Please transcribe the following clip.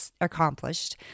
accomplished